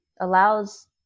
allows